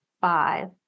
five